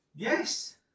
Yes